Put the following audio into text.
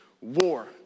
war